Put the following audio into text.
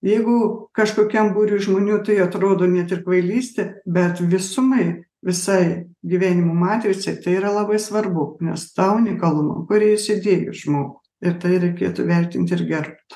jeigu kažkokiam būriui žmonių tai atrodo net ir kvailystė bet visumai visai gyvenimo matricai tai yra labai svarbu nes tą unikalumą kurį jis įdėjo į žmogų ir tai reikėtų vertinti ir gerbt